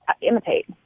imitate